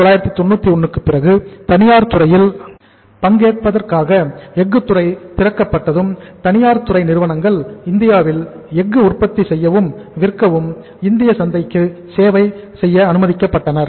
1991 க்கு பிறகு தனியார் துறையில் பங்கேற்பதற்காக எஃகு துறை திறக்கப்பட்டதும் தனியார் துறை நிறுவனங்கள் இந்தியாவில் எஃகு உற்பத்தி செய்யவும் விற்கவும் இந்திய சந்தைக்கு சேவை செய்ய அனுமதிக்கப்பட்டனர்